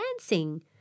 dancing